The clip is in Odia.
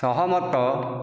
ସହମତ